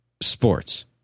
sports